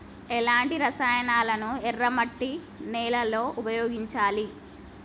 ఎలాంటి రసాయనాలను ఎర్ర మట్టి నేల లో ఉపయోగించాలి?